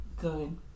good